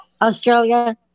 Australia